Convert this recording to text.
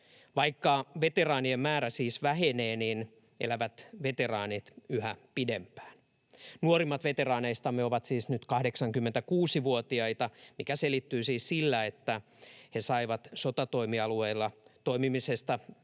Vaikka veteraanien määrä siis vähenee, niin veteraanit elävät yhä pidempään. Nuorimmat veteraaneistamme ovat nyt 86-vuotiaita, mikä selittyy siis sillä, että he saivat sotatoimialueella toimimisesta — muun